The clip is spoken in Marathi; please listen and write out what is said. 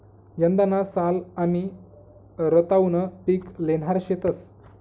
यंदाना साल आमी रताउनं पिक ल्हेणार शेतंस